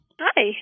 Hi